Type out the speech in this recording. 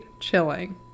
chilling